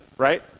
Right